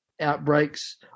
outbreaks